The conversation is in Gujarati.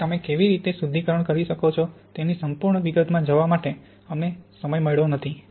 તેથી તમે કેવી રીતે શુદ્ધિકરણ કરી શકો છો તેની સંપૂર્ણ વિગતમાં જવા માટે અમને સમય મળ્યો નથી